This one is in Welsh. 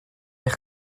eich